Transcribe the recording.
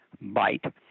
bite